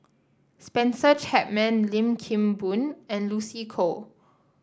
Spencer Chapman Lim Kim Boon and Lucy Koh